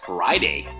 Friday